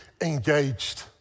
engaged